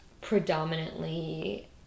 predominantly